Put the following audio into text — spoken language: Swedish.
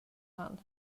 han